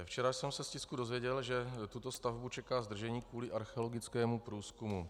Včera jsem se z tisku dozvěděl, že tuto stavbu čeká zdržení kvůli archeologickému průzkumu.